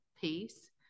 piece